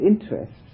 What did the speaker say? interests